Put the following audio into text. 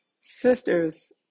sister's